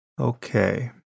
Okay